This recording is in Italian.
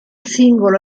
singolo